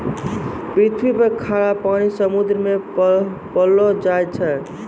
पृथ्वी पर खारा पानी समुन्द्र मे पैलो जाय छै